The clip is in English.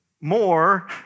more